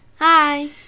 Hi